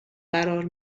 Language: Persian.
قرار